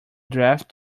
draft